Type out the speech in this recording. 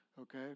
Okay